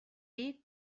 dir